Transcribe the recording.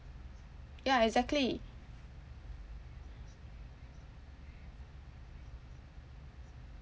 ya exactly